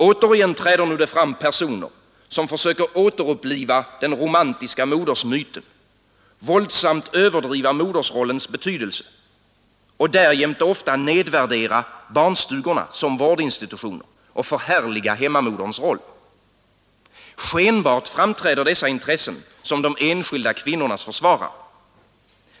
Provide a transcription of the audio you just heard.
Återigen träder nu fram personer som försöker återuppliva den romantiska modersmyten, våldsamt överdriva modersrollens betydelse och därjämte nedvärdera barnstugorna som vårdinstitutioner och förhärliga hemmamoderns roll. Skenbart framträder dessa intressen som de enskilda kvinnornas försvarare.